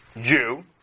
Jew